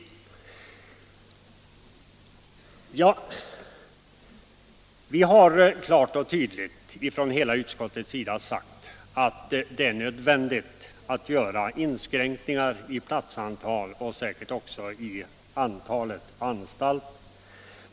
Hela utskouetr har klart och tydligt uttalat att det är nödvändigt att göra inskränkningar i platsantalet och säkert också i antalet anstalter.